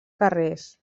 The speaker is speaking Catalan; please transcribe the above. carrers